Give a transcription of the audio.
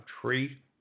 treat